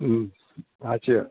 હમ્મ સાચી વાત